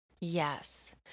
Yes